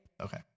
Okay